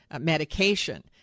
medication